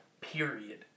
period